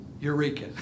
Eureka